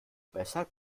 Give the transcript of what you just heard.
weshalb